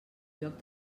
lloc